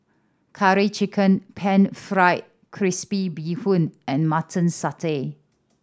Curry Chicken Pan Fried Crispy Bee Hoon and Mutton Satay